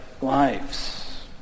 lives